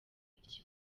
iki